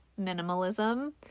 minimalism